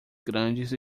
grandes